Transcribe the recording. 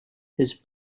his